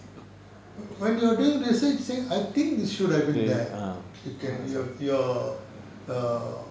when you are doing the stage say I think it should have been there you can your your err